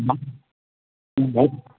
नहि हम जाइत छी